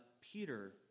Peter